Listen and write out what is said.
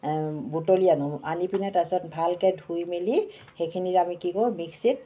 বুটলি আনো আনি পিনে তাৰপাছত ভালকৈ ধুই মেলি সেইখিনিৰ আমি কি কৰোঁ মিক্সিত